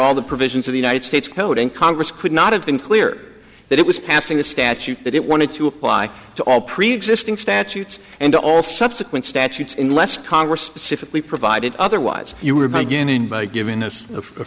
all the provisions of the united states code in congress could not have been clear that it was passing the statute that it wanted to apply to all preexisting statutes and all subsequent statutes in less congress specifically provided otherwise you were beginning by giving us